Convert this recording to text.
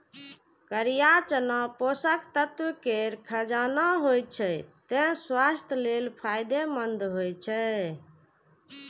करिया चना पोषक तत्व केर खजाना होइ छै, तें स्वास्थ्य लेल फायदेमंद होइ छै